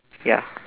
ya